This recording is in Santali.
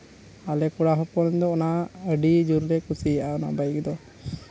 ᱟᱞᱮ ᱠᱚᱲᱟ ᱦᱚᱯᱚᱱ ᱫᱚ ᱚᱱᱟ ᱟᱹᱰᱤ ᱡᱳᱨᱞᱮ ᱠᱩᱥᱤᱭᱟᱜᱼᱟ ᱚᱱᱟ ᱵᱟᱭᱤᱠ ᱫᱚ